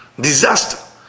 Disaster